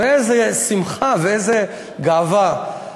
ואיזו שמחה ואיזו גאווה.